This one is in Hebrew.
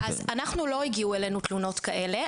אנחנו לא הגיעו אלינו תלונות כאלה,